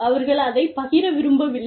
அவர்கள் அதைப் பகிர விரும்பவில்லை